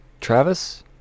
Travis